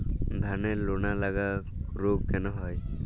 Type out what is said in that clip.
ধানের লোনা লাগা রোগ কেন হয়?